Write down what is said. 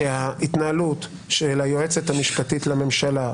שההתנהלות של היועצת המשפטית לממשלה,